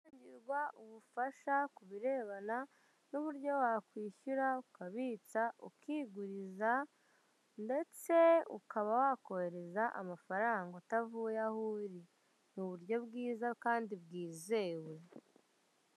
...ngirwa ubufasha ku birebana n'uburyo wakwishyura, ukabitsa, ukiguriza ndetse ukaba wakohereza amafaranga utavuye aho uri. Ni uburyo bwiza kandi bwizewe.